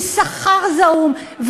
עם שכר זעום,